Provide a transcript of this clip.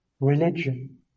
religion